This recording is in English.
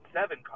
seven